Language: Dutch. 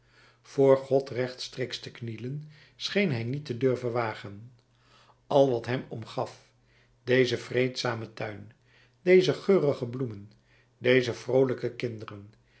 voor god rechtstreeks te knielen scheen hij niet te durven wagen al wat hem omgaf deze vreedzame tuin deze geurige bloemen deze vroolijke kinderen